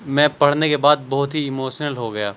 میں پڑھنے کے بعد بہت ہی ایموشنل ہو گیا